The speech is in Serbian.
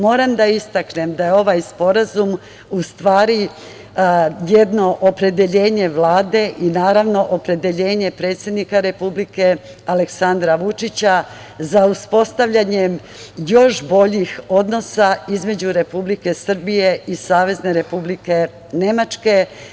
Moram da istaknem da je ovaj sporazum u stvari jedno opredeljenje Vlade i naravno opredeljenje predsednika Republike Aleksandra Vučića za uspostavljanjem još boljih odnosa između Republike Srbije i Savezne Republike Nemačke.